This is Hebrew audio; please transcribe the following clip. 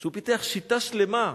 והוא פיתח שיטה שלמה.